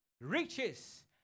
riches